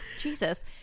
jesus